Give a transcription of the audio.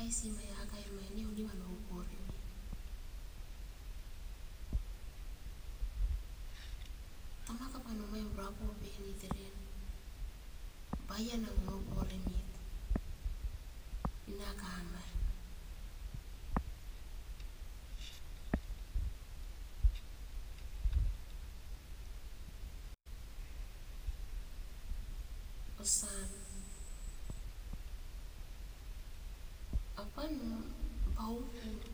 Aisi mai akai mai ne onivan ouporimet, tamakapan uruain purapupomit era eren bainang ouporimet inakamai. Osian apan baupum,